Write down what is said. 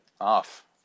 off